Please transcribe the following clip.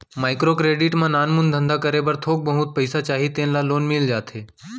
micro credit म नानमुन धंधा करे बर थोक बहुत पइसा चाही तेन ल लोन मिल जाथे